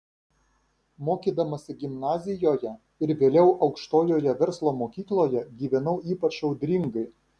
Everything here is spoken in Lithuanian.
mokydamasi gimnazijoje ir vėliau aukštojoje verslo mokykloje gyvenau ypač audringai